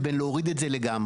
לבין להוריד את זה לגמרי.